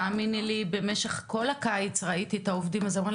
תאמינו לי, במשך כל הקיץ ראיתי את העובדים הזרים.